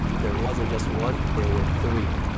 there wasn't just one there were three.